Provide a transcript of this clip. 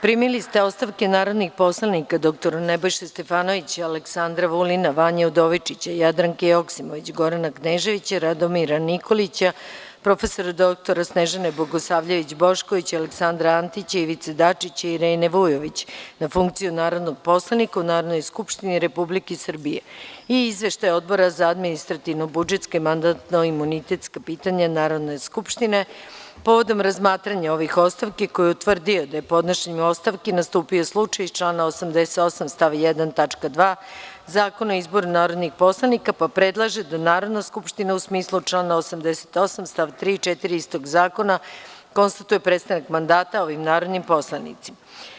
Primili ste ostavke narodnih poslanika dr Nebojše Stefanovića, Aleksandra Vulina, Vanje Udovičića, Jadranke Joksimović, Gorana Kneževića, Radoira Nikolića, prof. dr Snežane Bogosavljević Bošković, Aleksandra Antića, Ivice Dačića, Irene Vujović, na funkciju narodnog poslanika u Narodnoj skupštini Republike Srbije i Izveštaj Odbora za administrativno-budžetska i mandatno-imunitetska pitanja Narodne skupštine, povodom razmatranja ovih ostavki koji je utvrdio da je podnošenje ostavki nastupio slučaj iz člana 88. stav 1. tačka 2) Zakona o izboru narodnih poslanika, pa predlaže da Narodna skupština u smislu člana 88. stav 3. i 4. istog zakona, konstatuje prestanak mandata ovim narodnim poslanicima.